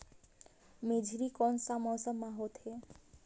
मेझरी कोन सा मौसम मां होथे?